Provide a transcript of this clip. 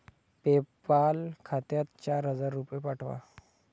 PayPal खात्यात चार हजार रुपये पाठवा